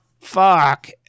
fuck